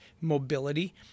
mobility